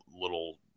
little